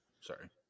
Sorry